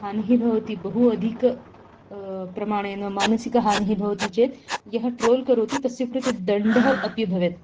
हानिः भवति बहु अधिकं प्रमाणेन मानसिक हानिः भवति चेत् यः ट्रोल् करोति तस्य कृते दण्डः अपि भवेत्